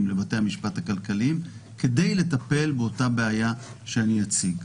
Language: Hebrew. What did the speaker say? לבתי המשפט הכלכליים כדי לטפל באותה בעיה שאני אציג.